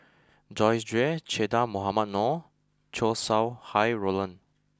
Joyce Jue Che Dah Mohamed Noor Chow Sau Hai Roland